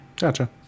gotcha